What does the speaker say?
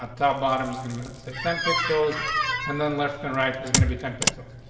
um top bottom is gonna be, let's say, ten pixels and then left and right is gonna be ten pixels.